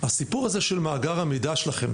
הסיפור הזה של מאגר המידע שלכם,